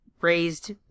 raised